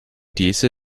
these